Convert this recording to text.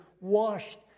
washed